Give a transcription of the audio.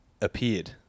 appeared